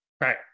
Right